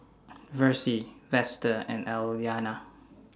Versie Vester and Alayna